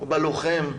בלוחם,